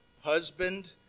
husband